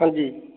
ਹਾਂਜੀ